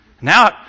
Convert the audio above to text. Now